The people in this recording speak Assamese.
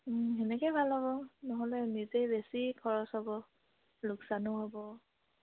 সেনেকে ভাল হ'ব নহ'লে নিজেই বেছি খৰচ হ'ব লোকচানো হ'ব